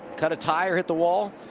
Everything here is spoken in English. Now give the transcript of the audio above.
kind of tire hit the wall,